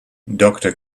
doctor